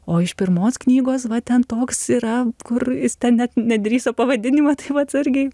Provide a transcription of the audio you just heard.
o iš pirmos knygos va ten toks yra kur jis ten net nedrįso pavadinimo tai va atsargiai